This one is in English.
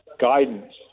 guidance